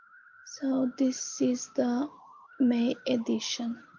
so this is the may edition.